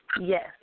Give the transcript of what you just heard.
Yes